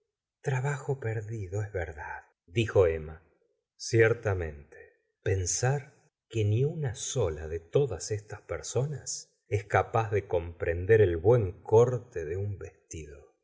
trabajo perdido es verdad dijo emma ciertamente pensar que ni una sola de todas estas personas es capaz de comprender el buen corte de un vestido